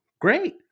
Great